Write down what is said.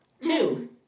Two